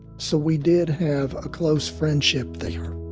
so we did have a close friendship there